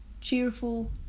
cheerful